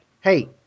hey